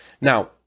Now